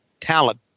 talent